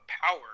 power